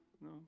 no